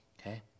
okay